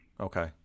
okay